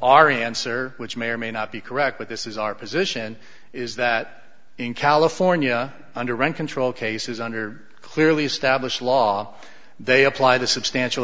our answer which may or may not be correct but this is our position is that in california under rent control cases under clearly established law they apply the substantial